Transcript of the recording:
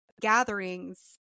gatherings